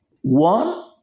One